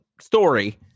Story